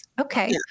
Okay